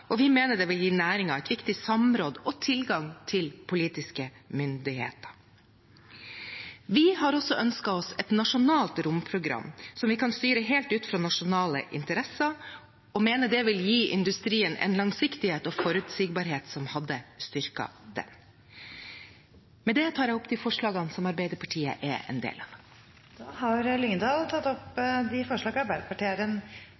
og vi mener det vil gi næringen et viktig samråd og tilgang til politiske myndigheter. Vi har også ønsket oss et nasjonalt romprogram som vi kan styre helt ut fra nasjonale interesser, og mener det vil gi industrien en langsiktighet og forutsigbarhet som hadde styrket den. Med det tar jeg opp de forslagene som Arbeiderpartiet er en del av. Representanten Åsunn Lyngedal har tatt opp de forslagene hun refererte til. Eg er